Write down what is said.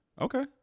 okay